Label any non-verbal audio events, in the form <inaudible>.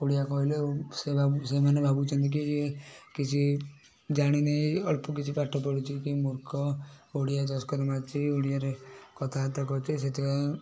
ଓଡ଼ିଆ କହିଲେ ସେ ସେମାନେ ଭାବୁଛନ୍ତି କି କିଛି ଜାଣିନି ଅଳ୍ପ କିଛି ପାଠ ପଢ଼ିଛି କି ମୂର୍ଖ ଓଡ଼ିଆ <unintelligible> ଓଡ଼ିଆରେ କଥାବାର୍ତ୍ତା କରୁଛୁ ସେଥିପାଇଁ